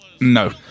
No